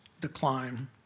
decline